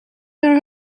naar